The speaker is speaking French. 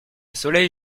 soleil